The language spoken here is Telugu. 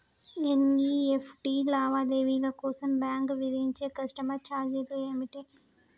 ఎన్.ఇ.ఎఫ్.టి లావాదేవీల కోసం బ్యాంక్ విధించే కస్టమర్ ఛార్జీలు ఏమిటి?